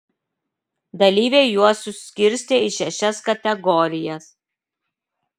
dalyviai juos suskirstė į šešias kategorijas